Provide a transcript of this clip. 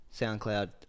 SoundCloud